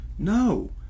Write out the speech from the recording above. no